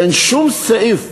אין שום סעיף